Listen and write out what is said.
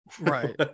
right